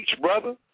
brother